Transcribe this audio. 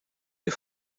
des